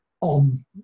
on